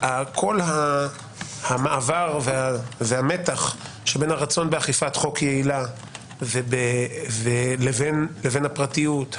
כל המעבר והמתח שבין הרצון באכיפת חוק יעילה לבין הפרטיות,